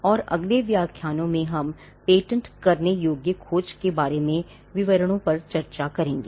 और अगले व्याख्यानों में हम पेटेंट करने योग्य खोज के बारे में विवरणों पर चर्चा करेंगे